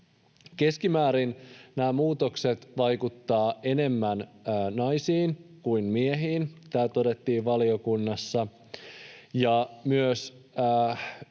Keskimäärin nämä muutokset vaikuttavat enemmän naisiin kuin miehiin, tämä todettiin valiokunnassa,